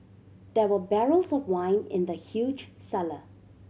there were barrels of wine in the huge cellar